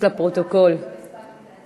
ההצעה להעביר את הנושא לוועדת העבודה,